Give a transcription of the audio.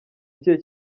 ikihe